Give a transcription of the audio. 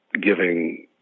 giving